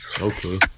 Okay